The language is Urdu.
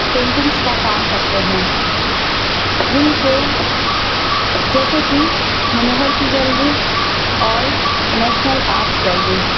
پینٹنگس کا کام کرتے ہیں جن کے جیسے کہ منوہر کی گیلری اور نیشنل آرٹس گیلری